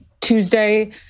Tuesday